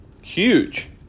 Huge